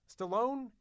Stallone